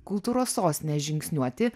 kultūros sostinės žingsniuoti